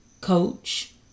coach